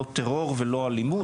לא טרור ולא אלימות.